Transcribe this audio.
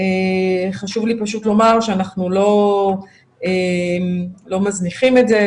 חשוב לי לומר שאנחנו לא מזניחים את זה,